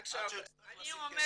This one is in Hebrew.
עד שהוא יצטרך לשים כסף אני אומרת,